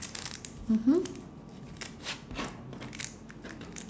mmhmm